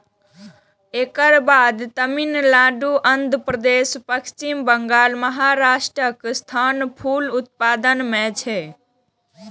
एकर बाद तमिलनाडु, आंध्रप्रदेश, पश्चिम बंगाल, महाराष्ट्रक स्थान फूल उत्पादन मे छै